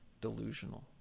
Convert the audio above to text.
delusional